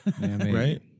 Right